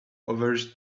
others